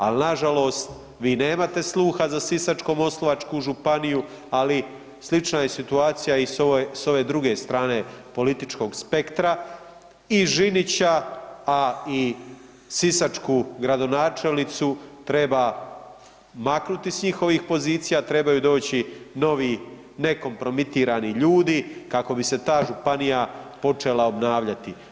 Al nažalost vi nemate sluha za Sisačko-moslavačku županiju, ali slična je situacija i s ove druge strane političkog spektra i Žinića, a i sisačku gradonačelnicu treba maknuti s njihovih pozicija, trebaju doći novi nekompromitirani ljudi kako bi se ta županija počela obnavljati.